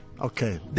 Okay